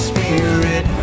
Spirit